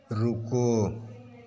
रुको